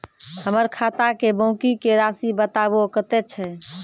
हमर खाता के बाँकी के रासि बताबो कतेय छै?